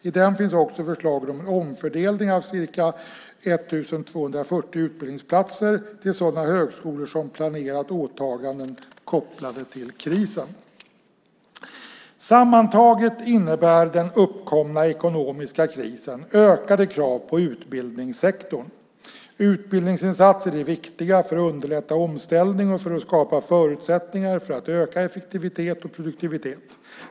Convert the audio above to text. I den finns också förslag om en omfördelning av ca 1 240 utbildningsplatser till sådana högskolor som planerat åtaganden kopplade till krisen. Sammantaget innebär den uppkomna ekonomiska krisen ökade krav på utbildningssektorn. Utbildningsinsatser är viktiga för att underlätta omställning och för att skapa förutsättningar för att öka effektivitet och produktivitet.